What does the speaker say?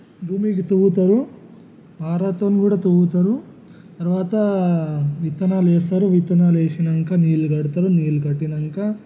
భూమికి తవ్వుతారు పారతోను కూడ తవ్వుతారు తర్వాత విత్తనాలు వేస్తారు విత్తనాలు వేసినాక నీళ్లు కడతారు నీళ్లు కట్టినంక